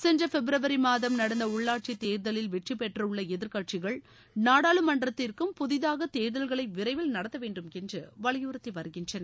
சென்ற பிப்ரவரி மாதம் நடந்த உள்ளாட்சி தேர்தலில் வெற்றிபெற்றுள்ள எதிர்கட்சிகள் நாடாளுமன்றத்திற்கும் புதிதாக தேர்தல்களை விரைவில் நடத்தவேண்டுமென்று வலியுறுத்தி வருகின்றன